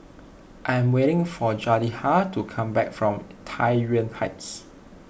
I am waiting for Jedidiah to come back from Tai Yuan Heights